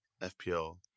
FPL